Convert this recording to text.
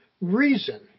reason